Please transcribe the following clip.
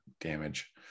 Damage